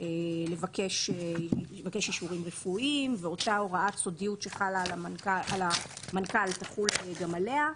לבקש אישורים רפואיים ואותה הוראת סודיות שחלה על המנכ"ל תחול גם עליה,